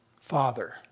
Father